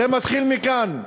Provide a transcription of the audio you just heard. זה מתחיל מכאן,